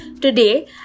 Today